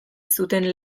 zuten